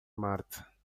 marte